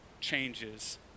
changes